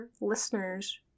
listeners